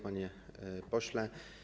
Panie Pośle!